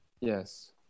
Yes